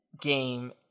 game